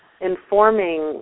informing